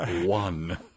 One